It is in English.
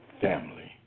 family